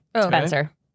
Spencer